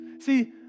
See